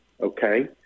okay